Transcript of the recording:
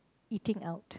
eating out